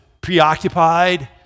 preoccupied